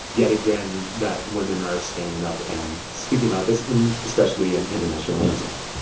yet again, that women are standing up and speaking about this in especially in international women's month